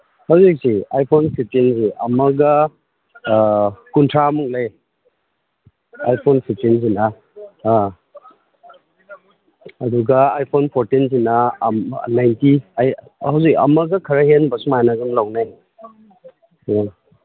ꯍꯧꯖꯤꯛꯁꯤ iPhone ꯐꯤꯞꯇꯤꯟꯁꯤ ꯑꯃꯒ ꯀꯨꯟꯊ꯭ꯔꯥꯃꯨꯛ ꯂꯩ ꯑꯥꯏ ꯐꯣꯟ ꯐꯤꯞꯇꯤꯟꯁꯤꯅ ꯑꯥ ꯑꯗꯨꯒ ꯑꯥꯏ ꯐꯣꯟ ꯐꯣꯔꯇꯤꯟꯁꯤꯅ ꯍꯧꯖꯤꯛ ꯑꯃꯒ ꯈꯔ ꯍꯦꯟꯕ ꯁꯨꯃꯥꯏꯅ ꯑꯗꯨꯝ ꯂꯧꯅꯩ ꯎꯝ